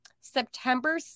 September